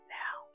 now